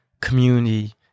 community